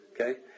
okay